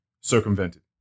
circumvented